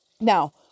Now